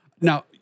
Now